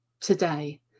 Today